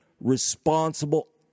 responsible